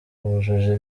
wujuje